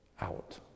out